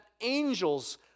angels